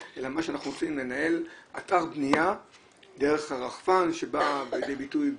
אלא שאנחנו רוצים לנהל אתר בנייה דרך הרחפן שבא לידי ביטוי במלאי,